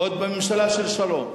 עוד בממשלה של שרון.